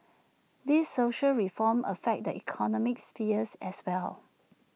these social reforms affect the economic spheres as well